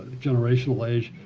generational age.